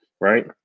Right